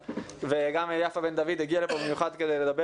גם יפה בן דוד הגיעה לכאן במיוחד כדי לדבר